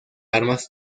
armas